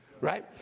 right